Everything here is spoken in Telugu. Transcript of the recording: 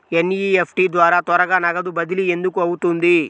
ఎన్.ఈ.ఎఫ్.టీ ద్వారా త్వరగా నగదు బదిలీ ఎందుకు అవుతుంది?